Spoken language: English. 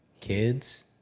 kids